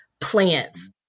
plants